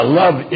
love